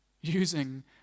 Using